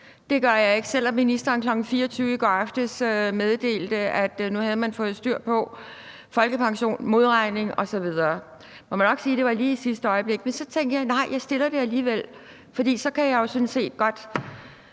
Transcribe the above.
det gør jeg ikke, selv om ministeren kl. 24 i går aftes meddelte, at nu havde man fået styr på folkepension, modregning osv. Man må nok sige, at det lige var i sidste øjeblik, men så tænkte jeg, at jeg stiller det alligevel, for så kan jeg jo sådan set godt